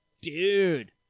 Dude